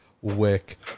wick